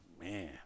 Man